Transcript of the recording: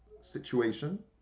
situation